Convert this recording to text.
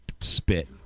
spit